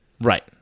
Right